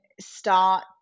start